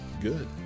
good